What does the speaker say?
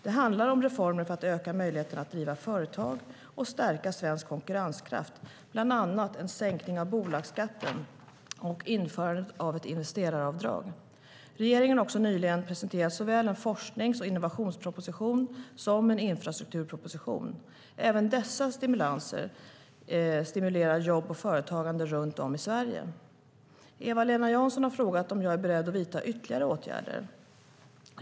Det handlar om reformer för att öka möjligheterna att driva företag och stärka svensk konkurrenskraft, bland annat en sänkning av bolagsskatten och införandet av ett investeraravdrag. Regeringen har också nyligen presenterat såväl en forsknings och innovationsproposition som en infrastrukturproposition. Även dessa insatser stimulerar jobb och företagande runt om i Sverige. Eva-Lena Jansson har frågat mig om jag är beredd att vidta ytterligare åtgärder.